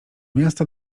miasta